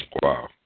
Wow